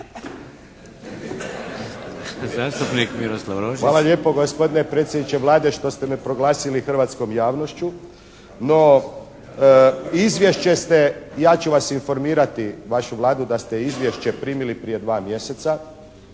Hvala lijepo gospodine predsjedniče Vlade što ste me proglasili hrvatskom javnošću. No, izvješće ste ja ću vas informirati, vašu Vladu da ste izvješće primili prije dva mjeseca.